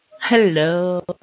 Hello